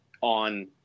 on